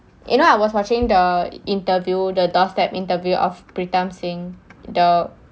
you know I was watching the interview the doorstep interview of pritam singh the